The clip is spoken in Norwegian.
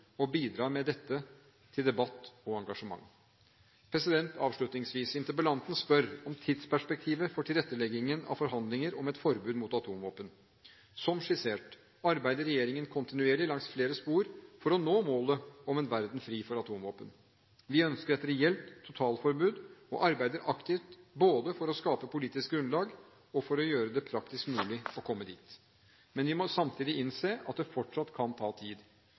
og bidrar med dette til debatt og engasjement. Avslutningsvis: Interpellanten spør om tidsperspektivet for tilretteleggingen av forhandlinger om et forbud mot atomvåpen. Som skissert arbeider regjeringen kontinuerlig langs flere spor for å nå målet om en verden fri for atomvåpen. Vi ønsker et reelt totalforbud og arbeider aktivt både for å skape politisk grunnlag og for å gjøre det praktisk mulig å komme dit. Men vi må samtidig innse at det fortsatt kan ta tid.